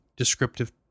Descriptive